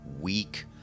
weak